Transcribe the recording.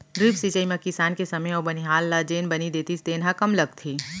drip सिंचई म किसान के समे अउ बनिहार ल जेन बनी देतिस तेन ह कम लगथे